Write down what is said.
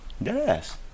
Yes